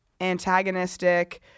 antagonistic